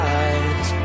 eyes